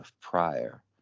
prior